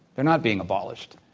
they're not being abolished.